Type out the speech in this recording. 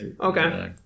Okay